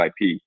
IP